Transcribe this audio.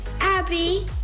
Abby